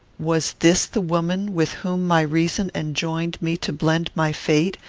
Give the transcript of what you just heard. was this the woman with whom my reason enjoined me to blend my fate,